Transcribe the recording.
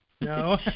No